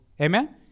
Amen